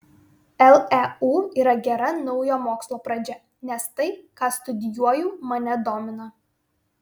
leu yra gera naujo mokslo pradžia nes tai ką studijuoju mane domina